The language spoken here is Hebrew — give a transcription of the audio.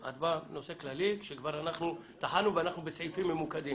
זה נושא כללי שכבר טחנו ואנחנו ממוקדים